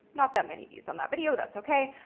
not that many views on that video, that's okay.